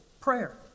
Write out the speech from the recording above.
prayer